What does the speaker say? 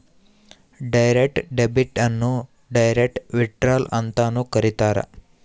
direct debit ಅನ್ನು direct withdrawal ಅಂತನೂ ಕರೀತಾರ